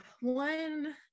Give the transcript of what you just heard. One